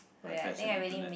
iPad is an internet